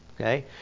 Okay